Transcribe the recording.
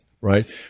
right